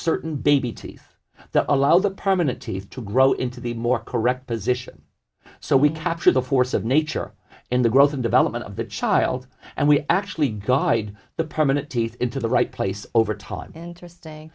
certain baby teeth that allow the permanent teeth to grow into the more correct position so we capture the force of nature in the growth and development of the child and we actually guide the permanent teeth into the right place over time interesting